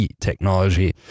technology